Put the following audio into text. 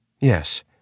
Yes